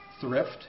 thrift